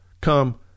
come